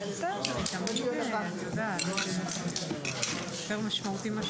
הישיבה ננעלה בשעה